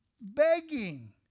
begging